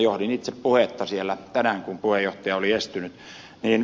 johdin itse puhetta siellä tänään kun puheenjohtaja oli estynyt